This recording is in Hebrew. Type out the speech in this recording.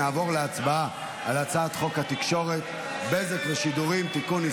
נעבור להצבעה על הצעת חוק התקשורת (בזק ושידורים) (תיקון,